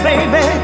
Baby